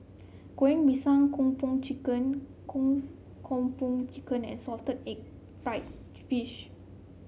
Goreng Pisang Kung Po Chicken Kung Po Chicken and Salted Egg fried fish